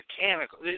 mechanical